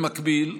במקביל,